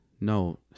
no